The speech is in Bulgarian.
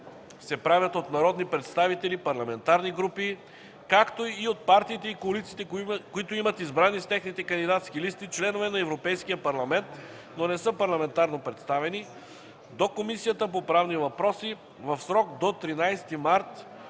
се правят от народни представители, парламентарни групи, както и от партиите и коалициите, които имат избрани с техните кандидатски листи членове на Европейския парламент, но не са парламентарно представени, до Комисията по правни въпроси в срок до 13 март